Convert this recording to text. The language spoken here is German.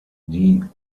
die